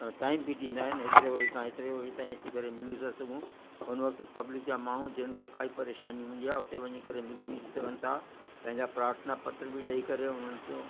time बि ॾींदा आहिनि एतिरे वगे खां एतिरे वगे ताईं अची करे मिली था सघूं हुन वक़्तु पब्लिक जा माण्हू जिन खे काई परेशानी हूंदी आहे उते वञी करे मिली विली सघनि था पंहिंजा प्रार्थना पत्र बि ॾेई करे हुननि जो